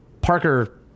Parker